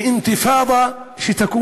מאינתיפאדה שתקום